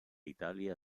italia